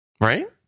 Right